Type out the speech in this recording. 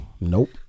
Nope